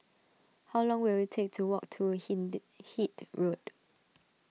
how long will it take to walk to Hindhede Road